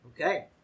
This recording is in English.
Okay